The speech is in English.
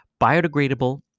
biodegradable